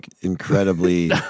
incredibly